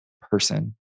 person